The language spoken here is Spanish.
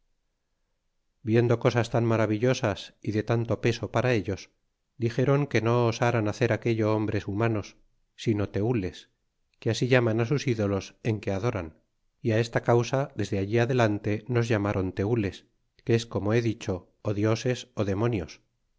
viendo cosas tan maravillosas é de tanto peso para ellos dixéron que no osaran hacer aquello hombres humanos sino tenles que así llaman sus ídolos en que adoraban é esta causa desde alltadelante nos llamron tenles que es como he dicho dioses ó demonios